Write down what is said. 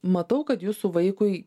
matau kad jūsų vaikui